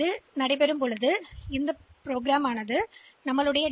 எனவே இதன் விளைவாக முழு பகுதியும் வரிசைப்படுத்தப்படும்